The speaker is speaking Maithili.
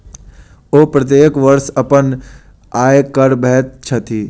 ओ प्रत्येक वर्ष अपन आय कर भरैत छथि